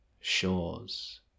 shores